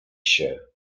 się